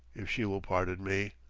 if she will pardon me,